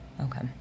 okay